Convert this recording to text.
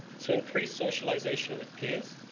to increase socialisation with peers,